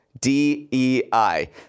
DEI